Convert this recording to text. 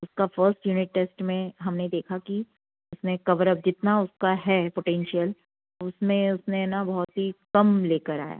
उसका first unit test में हमने देखा कि उसने कवरअप जितना उसका है पोटेंशियल उसमें उसने न बहुत ही कम लेकर आया